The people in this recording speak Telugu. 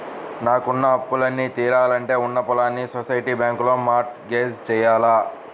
నాకున్న అప్పులన్నీ తీరాలంటే ఉన్న పొలాల్ని సొసైటీ బ్యాంకులో మార్ట్ గేజ్ జెయ్యాల